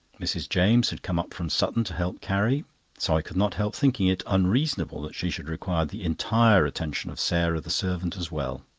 mrs. james had come up from sutton to help carrie so i could not help thinking it unreasonable that she should require the entire attention of sarah, the servant, as well.